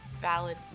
valid